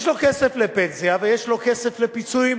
יש לו כסף לפנסיה ויש לו כסף לפיצויים.